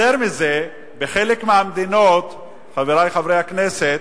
יותר מזה, בחלק מהמדינות, חברי חברי הכנסת,